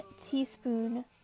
teaspoon